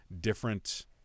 different